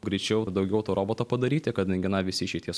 greičiau ir daugiau to roboto padaryti kadangi na visi šitie